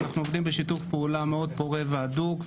אנחנו עובדים בשיתוף פעולה מאוד פורה והדוק,